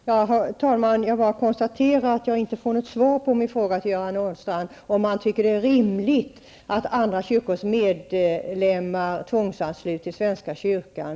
Herr talman! Jag konstaterar att jag inte får något svar från Göran Åstrand om han tycker att det är rimligt att andra kyrkors medlemmar automatiskt tvångsansluts till svenska kyrkan.